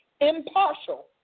impartial